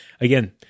again